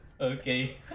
okay